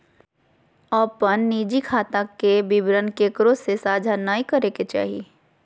अपन निजी खाता के विवरण केकरो से साझा नय करे के चाही